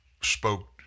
spoke